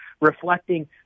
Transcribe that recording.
reflecting